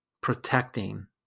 protecting